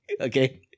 okay